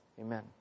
Amen